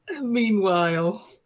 Meanwhile